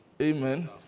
Amen